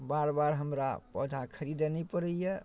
बेर बेर हमरा पौधा खरिदऽ नहि पड़ैए